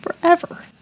forever